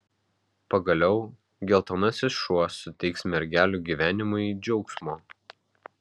pagaliau geltonasis šuo suteiks mergelių gyvenimui džiaugsmo